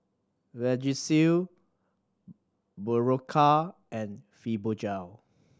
Vagisil Berocca and Fibogel